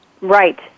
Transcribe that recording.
Right